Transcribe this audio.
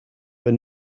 but